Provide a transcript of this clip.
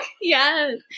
Yes